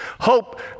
Hope